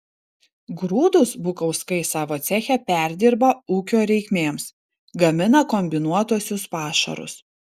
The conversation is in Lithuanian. grūdus bukauskai savo ceche perdirba ūkio reikmėms gamina kombinuotuosius pašarus